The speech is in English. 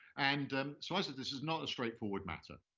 and so i said this is not a straightforward matter.